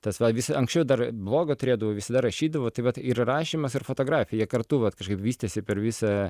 tas va vis anksčiau dar blogą turėdavau visada rašydavau tai vat ir rašymas ir fotografija kartu vat kažkaip vystėsi per visą